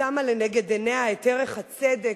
ששמה לנגד עיניה את ערך הצדק,